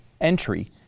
entry